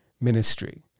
ministry